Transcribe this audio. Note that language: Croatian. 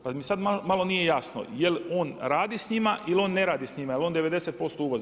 Pa mi sad malo nije jasno jel' on radi s njima ili on ne radi s njima, jer on 90% uvozi.